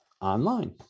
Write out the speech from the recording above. online